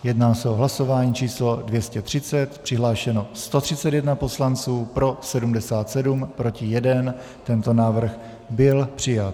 Jedná se o hlasování číslo 230, přihlášeno 131 poslanců, pro 77, proti 1, tento návrh byl přijat.